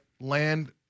land